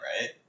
right